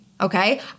Okay